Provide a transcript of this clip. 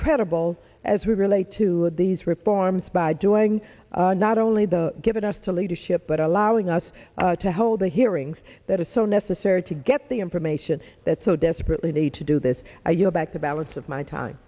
credible as we relate to these reforms by doing not only the given us to leadership but allowing us to hole the hearings that is so necessary to get the information that so desperately need to do this you know back the balance of my time